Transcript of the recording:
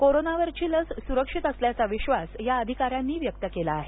करोनावरची लस सुरक्षित असल्याचा विश्वास या अधिकाऱ्यांनी व्यक्त केला आहे